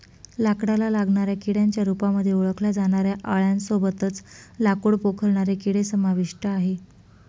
लाकडाला लागणाऱ्या किड्यांच्या रूपामध्ये ओळखल्या जाणाऱ्या आळ्यां सोबतच लाकूड पोखरणारे किडे समाविष्ट आहे